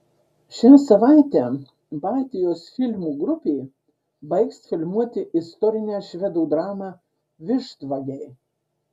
šią savaitę baltijos filmų grupė baigs filmuoti istorinę švedų dramą vištvagiai